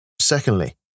Secondly